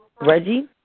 Reggie